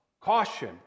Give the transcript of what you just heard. Caution